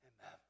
Amen